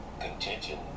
contention